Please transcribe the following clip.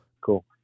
cool